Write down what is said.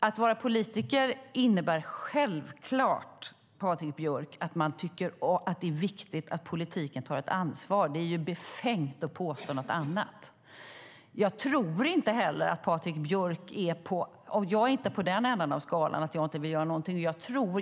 Att vara politiker innebär självklart, Patrik Björck, att man tycker att det är viktigt att politiken tar ett ansvar. Det är befängt att påstå något annat. Jag är inte på den ändan av skalan att jag inte vill göra någonting.